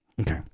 Okay